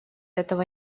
этого